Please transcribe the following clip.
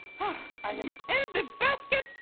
ah, i am in the basket